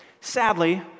Sadly